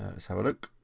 let's have a look.